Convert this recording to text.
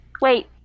Wait